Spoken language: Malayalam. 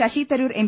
ശശിതരൂർ എം